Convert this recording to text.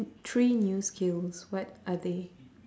three new skills what are they